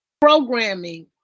programming